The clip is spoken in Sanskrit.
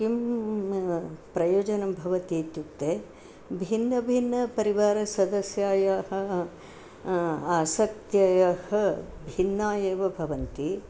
किं प्रयोजनं भवति इत्युक्ते भिन्नभिन्नपरिवारसदस्यानाम् आसक्त्ययः भिन्नाः एव भवन्ति